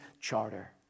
charter